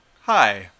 Hi